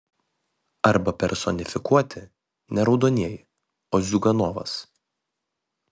arba personifikuoti ne raudonieji o ziuganovas